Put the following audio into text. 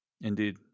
indeed